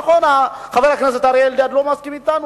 נכון, חבר הכנסת אריה אלדד לא מסכים אתנו.